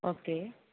okay